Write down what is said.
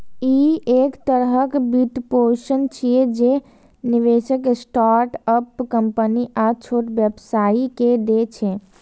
ई एक तरहक वित्तपोषण छियै, जे निवेशक स्टार्टअप कंपनी आ छोट व्यवसायी कें दै छै